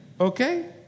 Okay